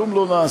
וכלום לא נעשה,